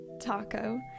taco